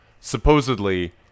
supposedly